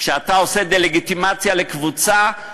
כשאתה עושה דה-לגיטימציה לקבוצה,